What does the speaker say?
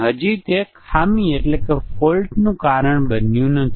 હવે ચાલો જોઈએ કે મ્યુટેશન ટેસ્ટીંગ કેમ કામ કરે છે